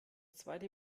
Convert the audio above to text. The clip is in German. zweite